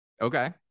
Okay